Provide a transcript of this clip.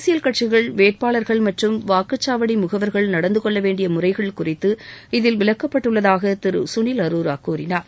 அரசியல் கட்சிகள் வேட்பாளர்கள் மற்றும் வாக்குக்சாவடி முகவர்கள் நடந்தகொள்ளவேண்டிய முறைகள் குறித்து இதில் விளக்கப்பட்டுள்ளதாக திரு சுனில் அரோரா கூறினார்